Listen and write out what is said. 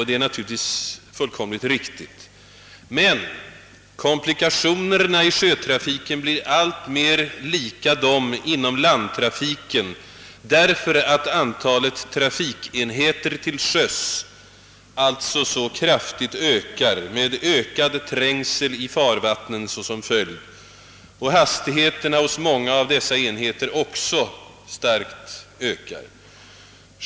Det är naturligtvis fullt riktigt. Men komplikationerna inom sjötrafiken blir alltmer lika dem inom landtrafiken därför att antalet trafikenheter till sjöss så kraftigt ökar med ökaå trängsel i farvattnen som följd och hastigheterna hos många av dessa enheter också starkt ökar.